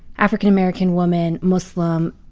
african-american woman, muslim,